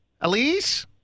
Elise